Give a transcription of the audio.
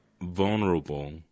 vulnerable